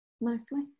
nicely